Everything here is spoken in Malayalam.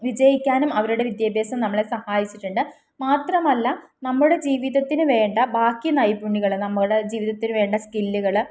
വിജയിക്കാനും അവരുടെ വിദ്യാഭ്യാസം നമ്മളെ സഹായിച്ചിട്ടുണ്ട് മാത്രമല്ല നമ്മുടെ ജീവിതത്തിനുവേണ്ട ബാക്കി നൈപുണ്യങ്ങൾ നമ്മുടെ ജീവിതത്തിനുവേണ്ട സ്കില്ലുകൾ